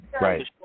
Right